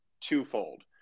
twofold